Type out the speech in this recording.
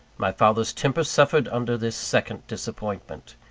my father's temper suffered under this second disappointment.